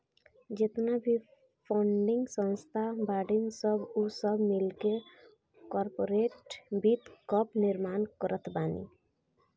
जेतना भी फंडिंग संस्था बाड़ीन सन उ सब मिलके कार्पोरेट वित्त कअ निर्माण करत बानी